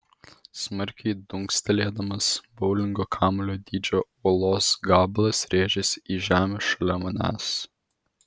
smarkiai dunkstelėdamas boulingo kamuolio dydžio uolos gabalas rėžėsi į žemę šalia manęs